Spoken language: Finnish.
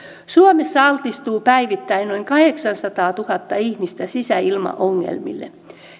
suomessa altistuu päivittäin noin kahdeksansataatuhatta ihmistä sisäilmaongelmille